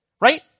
right